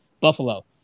Buffalo